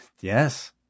yes